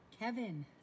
Kevin